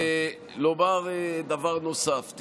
לומר דבר נוסף בעניין הזה.